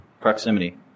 Proximity